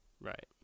Right